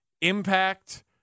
impact